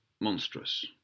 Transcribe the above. monstrous